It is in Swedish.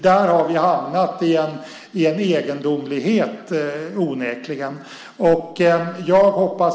Där har vi onekligen hamnat i en egendomlighet.